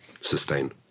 sustain